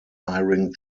hiring